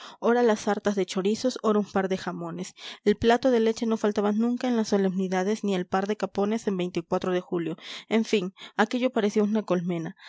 ora las sartas de chorizos ora un par de jamones el plato de leche no faltaba nunca en las solemnidades ni el par de capones en de julio en fin aquello parecía una colmena